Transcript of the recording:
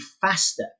faster